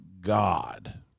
God